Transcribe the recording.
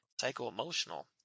psycho-emotional